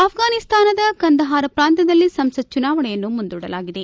ಆಫ್ರಾನಿಸ್ತಾನದ ಕಂದಾಹಾರ್ ಪ್ರಾಂತ್ವದಲ್ಲಿ ಸಂಸತ್ ಚುನಾವಣೆಯನ್ನು ಮುಂದೂಡಲಾಗಿದೆ